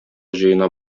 җыена